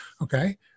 okay